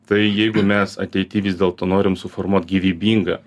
tai jeigu mes ateity vis dėlto norim suformuot gyvybingą